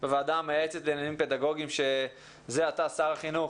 בוועדה המייעצת לעניינים פדגוגיים שזה עתה שר החינוך